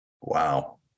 Wow